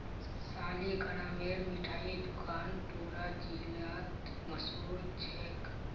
सालिगरामेर मिठाई दुकान पूरा जिलात मशहूर छेक